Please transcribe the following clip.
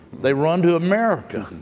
they run to america.